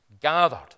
gathered